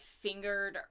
fingered